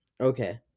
Okay